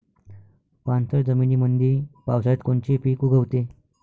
पाणथळ जमीनीमंदी पावसाळ्यात कोनचे पिक उगवते?